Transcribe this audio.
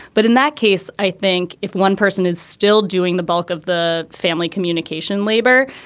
but in that case, i think if one person is still doing the bulk of the family communication labor,